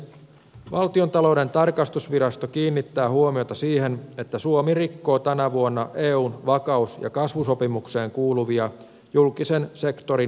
valtiontalouden tarkastusvirasto kiinnittää huomiota siihen että suomi rikkoo tänä vuonna eun vakaus ja kasvusopimukseen kuuluvia julkisen sektorin velkasääntöjä